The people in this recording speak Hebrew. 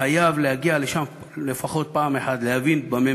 חייב להגיע לשם לפחות פעם אחת, להבין במה